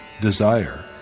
desire